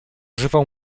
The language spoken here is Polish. żywą